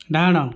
ଡାହାଣ